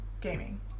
gaming